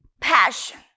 Passion